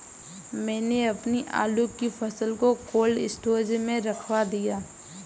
मैंने अपनी आलू की फसल को कोल्ड स्टोरेज में रखवा दिया